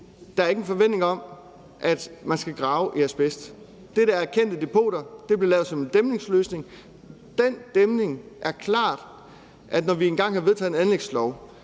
der er ingen forventninger om, at man skal grave i asbest. Der, hvor der er erkendte depoter, bliver der lavet en dæmningsløsning. Det er klart, at når vi engang har vedtaget en anlægslov,